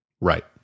Right